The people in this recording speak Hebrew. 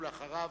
ואחריו,